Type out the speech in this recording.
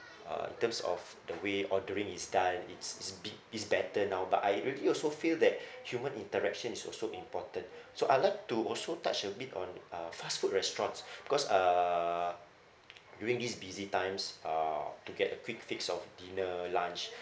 uh in terms of the way ordering is done it's it's b~ it's better now but I really also feel that human interaction is also important so I like to also touch a bit on uh fast-food restaurants because uh during this busy times uh to get a quick fix of dinner lunch